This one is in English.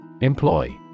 Employ